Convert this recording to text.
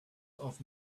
off